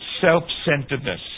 self-centeredness